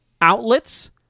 outlets